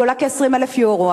היא עולה כ-20,000 יורו.